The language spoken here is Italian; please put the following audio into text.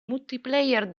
multiplayer